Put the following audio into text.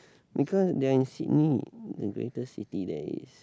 because you're in Sydney the greatest city there is